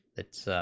its